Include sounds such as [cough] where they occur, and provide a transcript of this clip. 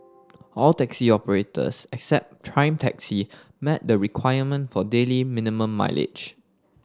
[noise] all taxi operators except Prime Taxi met the requirement for daily minimum mileage